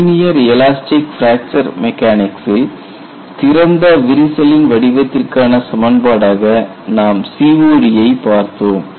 linear elastic fracture மெக்கானிக்சில் திறந்த விரிசலின் வடிவத்திற்கான சமன்பாடாக நாம் COD ஐப் பார்த்தோம்